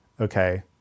okay